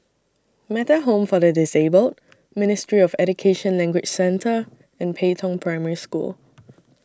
Metta Home For The Disabled Ministry of Education Language Centre and Pei Tong Primary School